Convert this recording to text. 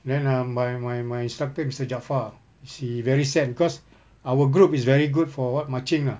then uh my my my instructor mister jaafar he very sad because our group is very good for what marching ah